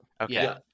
Okay